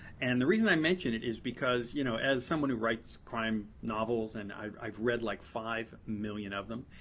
and the reason i mention it is because you know as someone who writes crime novels and i've i've read like five million of them,